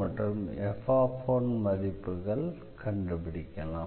மற்றும் f மதிப்புகள் கண்டுபிடிக்கலாம்